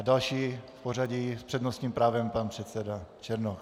Další v pořadí s přednostním právem pan předseda Černoch.